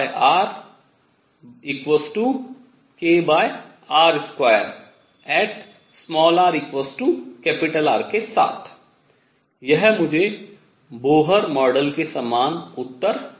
rR के साथ यह मुझे बोहर मॉडल के समान उत्तर देगा